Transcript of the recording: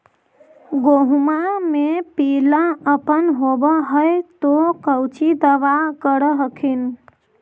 गोहुमा मे पिला अपन होबै ह तो कौची दबा कर हखिन?